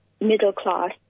middle-class